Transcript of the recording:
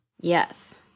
Yes